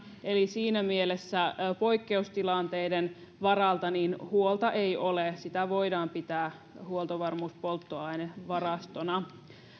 eli siinä mielessä poikkeustilanteiden varalta huolta ei ole sitä voidaan pitää huoltovarmuuspolttoainevarastona